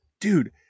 Dude